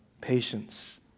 Patience